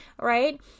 right